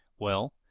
well,